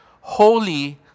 Holy